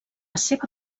seva